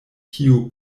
kiu